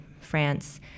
France